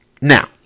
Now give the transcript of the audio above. Now